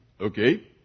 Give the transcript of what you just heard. okay